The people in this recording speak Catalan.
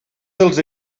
dels